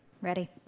Ready